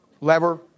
lever